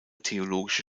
theologische